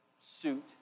suit